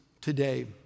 today